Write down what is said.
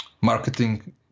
marketing